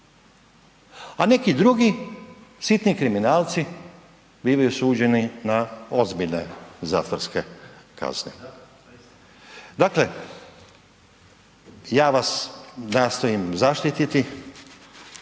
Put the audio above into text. a neki drugi sitni kriminalci bivaju osuđeni na ozbiljne zatvorske kazne. Dakle, ja vas nastojim zaštititi